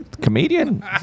Comedian